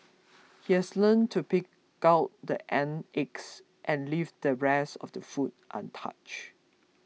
he has learnt to pick out the ant eggs and leave the rest of the food untouched